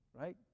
right